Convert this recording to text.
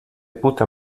puta